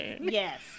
Yes